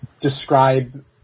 describe